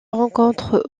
rencontre